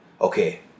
okay